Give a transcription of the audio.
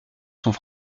sont